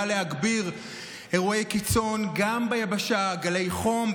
להגביר אירועי קיצון גם ביבשה: גלי חום,